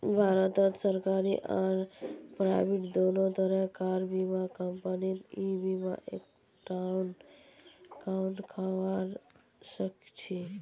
भारतत सरकारी आर प्राइवेट दोनों तरह कार बीमा कंपनीत ई बीमा एकाउंट खोलवा सखछी